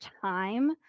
time